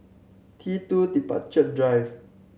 T Two Departure Drive